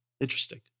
Interesting